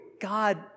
God